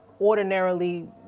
ordinarily